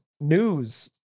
News